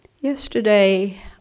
Yesterday